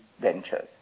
ventures